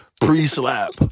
pre-slap